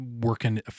working